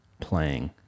playing